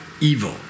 evil